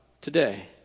today